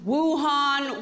Wuhan